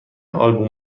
آلبوم